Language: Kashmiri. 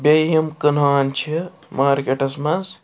بیٚیہِ یِم کٕنان چھِ مارکیٹَس منٛز